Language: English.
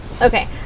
Okay